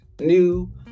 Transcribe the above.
new